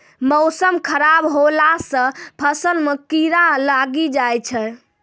मौसम खराब हौला से फ़सल मे कीड़ा लागी जाय छै?